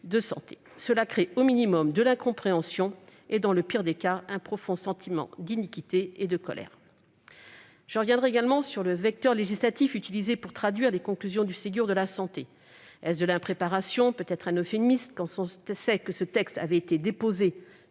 professions. Cela crée au minimum de l'incompréhension et provoque, dans le pire des cas, un profond sentiment d'iniquité et de colère. Je reviendrai également sur le vecteur législatif utilisé pour traduire les conclusions du Ségur. Est-ce de l'impréparation ? C'est peut-être un euphémisme quand on sait que ce texte a été déposé